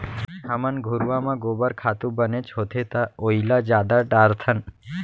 हमन घुरूवा म गोबर खातू बनेच होथे त ओइला जादा डारथन